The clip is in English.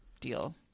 deal